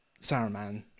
Saruman